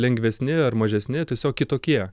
lengvesni ar mažesni tiesiog kitokie